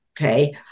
okay